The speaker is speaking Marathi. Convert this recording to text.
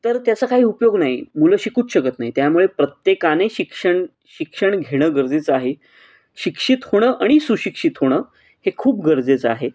तर त्याचा काही उपयोग नाही मुलं शिकूच शकत नाही त्यामुळे प्रत्येकाने शिक्षण शिक्षण घेणं गरजेचं आहे शिक्षित होणं आणि सुशिक्षित होणं हे खूप गरजेचं आहे